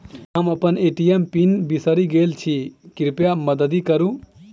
हम अप्पन ATM pin बिसरि गेल छी कृपया मददि करू